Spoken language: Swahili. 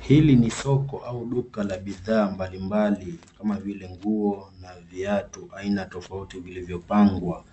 Hili ni soko au duka la bidhaa mbalimbali, kama vile nguo na viatu aina tofauti, vilivyopangwa